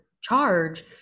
charge